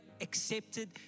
accepted